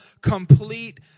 complete